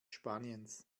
spaniens